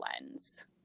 lens